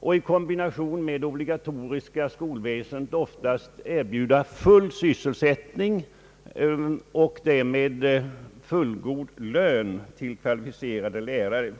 och — i kombination med det obligatoriska skolväsendet — ofta full sysselsättning och därmed fullgod lön till kvalificerade lärare.